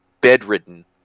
bedridden